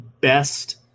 best